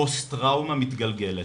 פוסט טראומה מתגלגלת.